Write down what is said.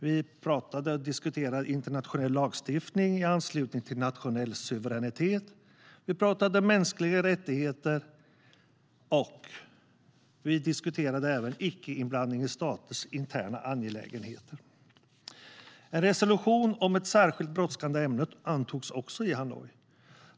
Vi diskuterade internationell lagstiftning i anslutning till nationell suveränitet, mänskliga rättigheter och även icke-inblandning i staters interna angelägenheter. En resolution om ett särskilt brådskande ämne antogs också i Hanoi.